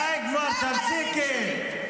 די כבר, תפסיקי.